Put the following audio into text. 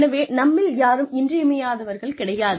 எனவே நம்மில் யாரும் இன்றியமையாதவர்கள் கிடையாது